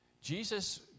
Jesus